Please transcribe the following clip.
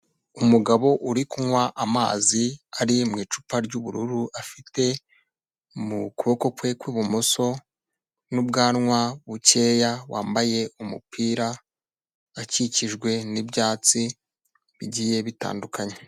Umugabo uri kunywa amazi ari mu icupa ry'ubururu, afite mu kuboko kwe kw'ibumoso n'ubwanwa bukeya, wambaye umupira, akikijwe n'ibyatsi bigiye bitandukanye.